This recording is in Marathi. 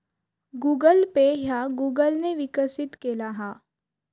गुगल पे ह्या गुगल ने विकसित केला हा